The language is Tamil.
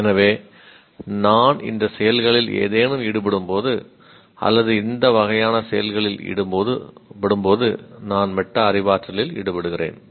எனவே நான் இந்த செயல்களில் ஏதேனும் ஈடுபடும்போது அல்லது இந்த வகையான செயல்களில் ஈடுபடும்போது நான் மெட்டா அறிவாற்றலில் ஈடுபடுகிறேன்